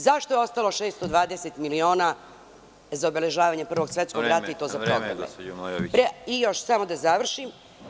Zašto je ostalo 620 miliona za obeležavanje Prvog svetskog rata? (Predsedavajući: Vreme.) Samo da završim.